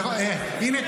הינה,